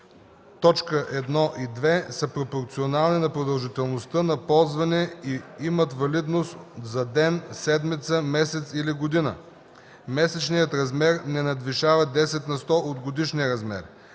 7, т. 1 и 2 са пропорционални на продължителността на ползване и имат валидност за ден, седмица, месец или година. Месечният размер не надвишава 10 на сто от годишния размер,